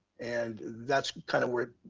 and that's kind of where